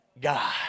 God